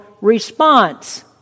response